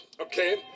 Okay